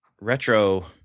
retro